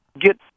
get